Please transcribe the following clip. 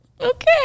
okay